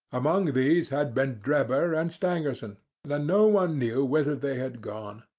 among these had been drebber and stangerson and no one knew whither they had gone.